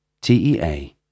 T-E-A